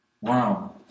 Wow